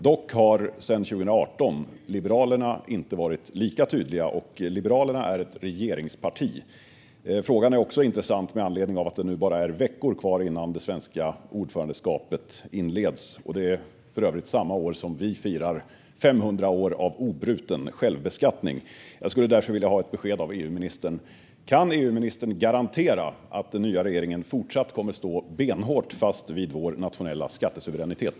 Dock har Liberalerna sedan 2018 inte varit lika tydliga, och Liberalerna är ett regeringsparti. Frågan är också intressant med anledning av att det nu bara är veckor kvar innan det svenska ordförandeskapet inleds. Det är för övrigt samma år som vi firar 500 år av obruten självbeskattning. Jag skulle vilja ha besked av EU-ministern: Kan EU-ministern garantera att regeringen kommer att fortsätta att stå benhårt fast vid vår nationella skattesuveränitet?